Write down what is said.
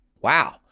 wow